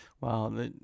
Wow